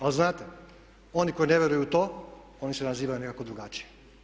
Ali znate, oni koji ne vjeruju u to oni se nazivaju nekako drugačije.